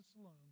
alone